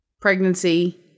pregnancy